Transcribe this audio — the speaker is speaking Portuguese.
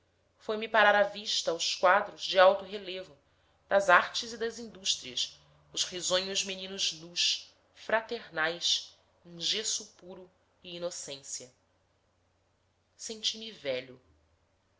escrutínio foi-me parar a vista aos quadros de alto relevo das artes e das indústrias os risonhos meninos nus fraternais em gesso puro e inocência senti-me velho